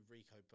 Rico